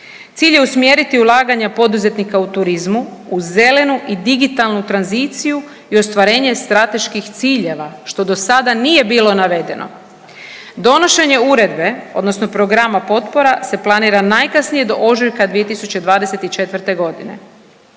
Cilj je usmjeriti ulaganja poduzetnika u turizmu, u zelenu i digitalnu tranziciju i ostvarenje strateških ciljeva, što dosada nije bilo navedeno. Donošenje uredbe odnosno programa potpora se planira najkasnije do ožujka 2024.g..